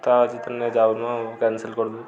ତ ଆଜି ତାହେନେ ଯାଉନୁ ଆଉ କ୍ୟାନ୍ସେଲ୍ କରିଦେଲୁ